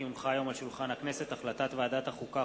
כי הונחה היום על שולחן הכנסת החלטת ועדת החוקה,